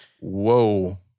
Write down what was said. Whoa